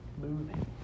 moving